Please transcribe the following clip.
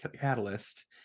catalyst